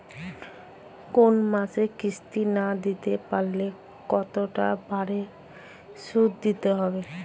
কোন মাসে কিস্তি না দিতে পারলে কতটা বাড়ে সুদ দিতে হবে?